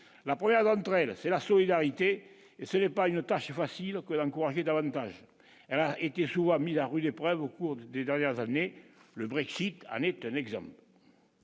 la première Londres, là c'est la solidarité, et ce n'est pas une tâche facile que l'encourager davantage, elle a été chaud mis la rue est au cours des dernières années, le Brexit en est un exemple,